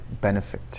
benefit